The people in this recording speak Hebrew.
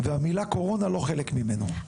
והמילה קורונה לא תהיה חלק ממנו.